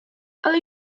ale